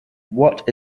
what